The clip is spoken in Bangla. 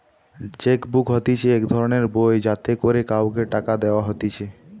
চেক বুক হতিছে এক ধরণের বই যাতে করে কাওকে টাকা দেওয়া হতিছে